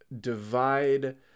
divide